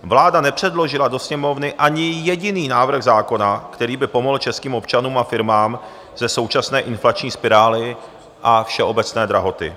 Vláda nepředložila do Sněmovny ani jediný návrh zákona, který by pomohl českým občanům a firmám ze současné inflační spirály a všeobecné drahoty.